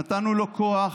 נתנו לו כוח,